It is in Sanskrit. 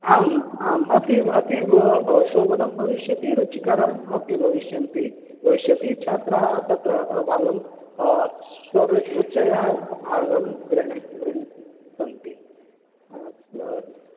आम् आम् अतीव अतीव शोभनं भविष्यति रुचिकरम् अपि भविष्यन्ति भविष्यति छात्राः तत्र भागं स्वेच्छया भागं ग्रहणीयं ग्रह सन्ति अस्तु अस्